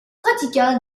pratiqua